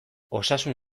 osasun